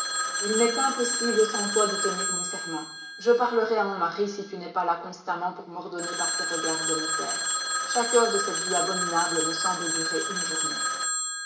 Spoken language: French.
il m'est impossible sans toi de tenir mon serment je parlerai à mon mari si tu n'es pas là constamment pour m'ordonner par tes regards de me taire chaque heure de cette vie abominable me semble durer une journée